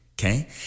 okay